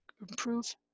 improve